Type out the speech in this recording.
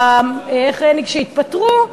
אלה שהתפטרו,